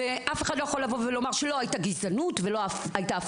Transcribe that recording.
אף אחד לא יכול לומר שלא הייתה גזענות ולא הפלייה.